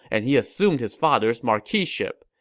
and he assumed his father's marquiship.